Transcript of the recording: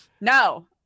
No